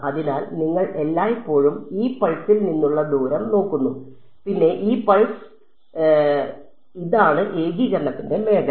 അതിനാൽ നിങ്ങൾ എല്ലായ്പ്പോഴും ഈ പൾസിൽ നിന്നുള്ള ദൂരം നോക്കുന്നു പിന്നെ ഈ പൾസ് പിന്നെ ഇത് പിന്നെ ഈ പൾസ് ഇതാണ് ഏകീകരണത്തിന്റെ മേഖല